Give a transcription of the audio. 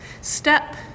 Step